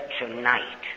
tonight